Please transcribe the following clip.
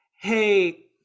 hey